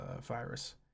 virus